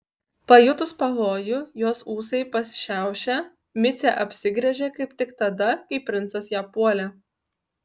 pajutus pavojų jos ūsai pasišiaušė micė apsigręžė kaip tik tada kai princas ją puolė